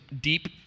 deep